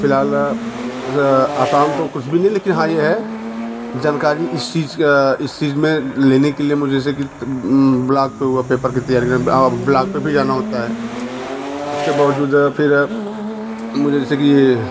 फ़िलहाल आसान तो कुछ भी नहीं लेकिन हाँ ये है जानकारी इस चीज़ का इस चीज़ में लेने के लिए मुझे जैसे कि ब्लाक पर हुआ पेपर की तैयारी करने ब्लाक पर भी जाना होता है उसके बावजूद फिर मुझे जैसे कि